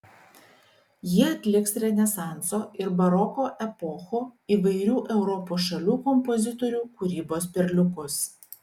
jie atliks renesanso ir baroko epochų įvairių europos šalių kompozitorių kūrybos perliukus